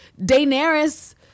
Daenerys